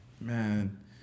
man